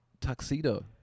Tuxedo